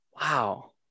Wow